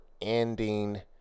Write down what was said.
ending